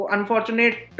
Unfortunate